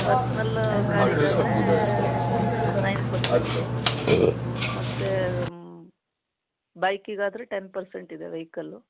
personal ಕಾರಿಗೆ ಆದರೆ nine percent ಮತ್ತೆ ಬೈಕಿಗೆ ಆದರೆ ಟೆನ್ ಪರ್ಸೆಂಟ್ ಇದೆ ವೆಹಿಕಲ್ಲು